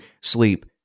sleep